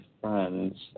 friends